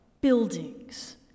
buildings